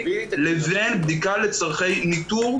לבין בדיקה לצורכי ניטור,